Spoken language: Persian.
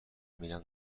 میرم